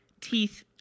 Teeth